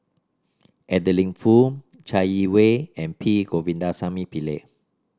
Adeline Foo Chai Yee Wei and P Govindasamy Pillai